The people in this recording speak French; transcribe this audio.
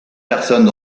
personnes